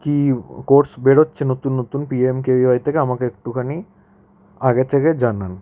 কী course বেরোচ্ছে নতুন নতুন P M K V Y থেকে আমাকে একটুখানি আগে থেকে জানান